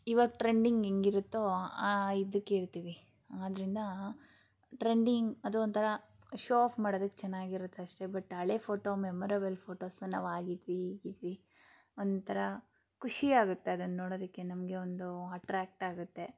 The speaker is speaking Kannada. ಇವಾಗ ಟ್ರೆಂಡಿಂಗ್ ಹೆಂಗಿರುತ್ತೋ ಆ ಆ ಇದಿಕ್ಕೆ ಇರ್ತೀವಿ ಆದ್ದರಿಂದ ಟ್ರೆಂಡಿಂಗ್ ಅದು ಒಂಥರ ಶೋ ಆಫ್ ಮಾಡೋದಿಕ್ಕೆ ಚೆನ್ನಾಗಿರತ್ತೆ ಅಷ್ಟೇ ಬಟ್ ಹಳೆ ಫೋಟೋ ಮೆಮೊರೇಬಲ್ ಫೋಟೋಸ್ ನಾವು ಹಾಗಿದ್ವಿ ಹೀಗಿದ್ವಿ ಒಂಥರ ಖುಷಿಯಾಗುತ್ತೆ ಅದನ್ನ ನೋಡೋದಕ್ಕೆ ನಮಗೆ ಒಂದು ಅಟ್ರಾಕ್ಟ್ ಆಗುತ್ತೆ